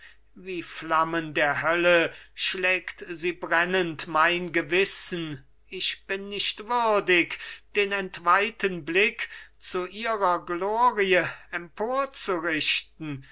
wie flammen der hölle schlägt sie brennend mein gewissen ich bin nicht würdig den entweihten blick zu ihrer glorie